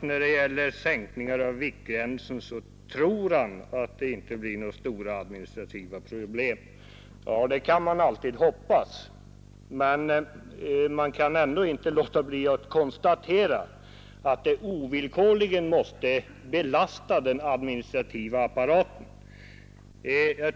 När det gäller sänkningar av viktgränsen tror inte herr Sellgren att det blir några stora administrativa problem. Det kan man alltid hoppas, men man kan inte låta bli att konstatera att den administrativa apparaten ovillkorligen måste belastas.